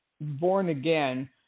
born-again